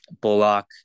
Bullock